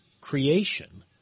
creation